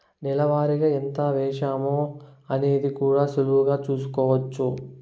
నెల వారిగా ఎంత వేశామో అనేది కూడా సులువుగా చూస్కోచ్చు